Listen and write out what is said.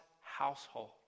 household